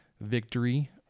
victory